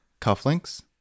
Cufflinks